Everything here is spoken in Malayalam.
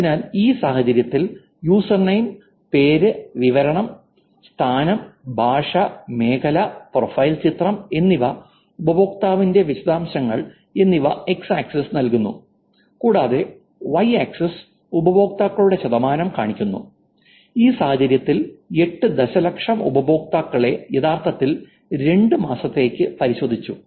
അതിനാൽ ഈ സാഹചര്യത്തിൽ യൂസർനെയിം പേര് വിവരണം സ്ഥാനം ഭാഷ മേഖല പ്രൊഫൈൽ ചിത്രം എന്നിവ ഉപയോക്താവിന്റെ വിശദാംശങ്ങൾ എന്നിവ X ആക്സിസ് നൽകുന്നു കൂടാതെ Y ആക്സിസ് ഉപയോക്താക്കളുടെ ശതമാനം കാണിക്കുന്നു ഈ സാഹചര്യത്തിൽ 8 ദശലക്ഷം ഉപയോക്താക്കളെ യഥാർത്ഥത്തിൽ 2 മാസത്തേക്ക് പരിശോധിച്ചു